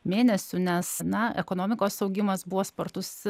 mėnesių nes na ekonomikos augimas buvo spartus